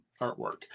artwork